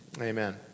Amen